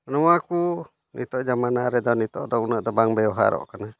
ᱱᱚᱣᱟ ᱠᱚ ᱱᱤᱛᱚᱜ ᱡᱚᱢᱟᱱᱟ ᱨᱮᱫᱚ ᱩᱱᱟᱹᱜ ᱫᱚ ᱵᱟᱝ ᱵᱮᱵᱚᱦᱟᱨᱚᱜ ᱠᱟᱱᱟ